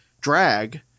drag